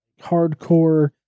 Hardcore